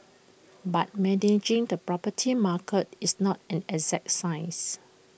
but managing the property market is not an exact science